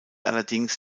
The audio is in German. allerdings